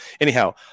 anyhow